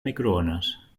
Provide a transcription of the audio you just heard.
microones